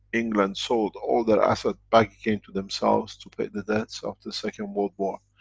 england sold all their assets back again to themselves, to pay the debts of the second world war.